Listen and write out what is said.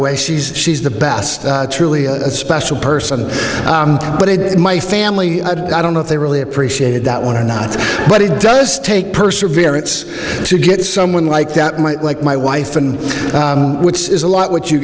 way she's she's the best truly special person but it is my family i don't know if they really appreciated that one or not but it does take perseverance to get someone like that might like my wife and which is a lot what you